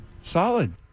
Solid